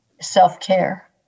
self-care